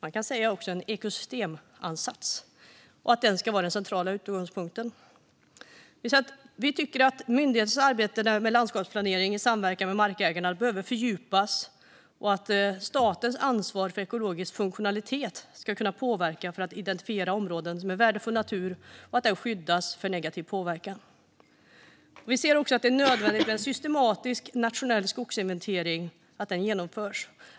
Man kan också kalla det för en ekosystemansats, och den ska vara den centrala utgångspunkten. Vi tycker att myndigheternas arbete med landskapsplanering i samverkan med markägarna behöver fördjupas och att statens ansvar för ekologisk funktionalitet ska kunna påverka för att identifiera områden med värdefull natur och se till att den skyddas för negativ påverkan. Vi anser också att det är nödvändigt att en systematisk nationell skogsinventering genomförs.